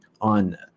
on